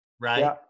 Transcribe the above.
right